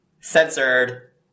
censored